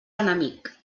enemic